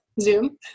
Zoom